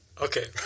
Okay